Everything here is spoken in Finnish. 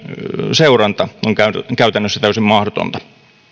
seuranta on käytännössä täysin mahdotonta